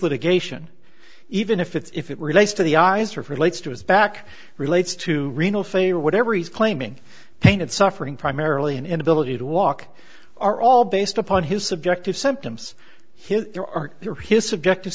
litigation even if it's if it relates to the eyes or relates to his back relates to renal failure or whatever he's claiming pain and suffering primarily an inability to walk are all based upon his subjective symptoms his there are there his subjective